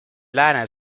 lääne